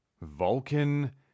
vulcan